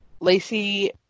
Lacey